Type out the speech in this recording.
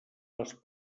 les